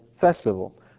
festival